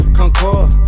concord